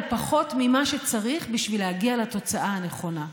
אבל פחות ממה שצריך בשביל להגיע לתוצאה הנכונה.